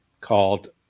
called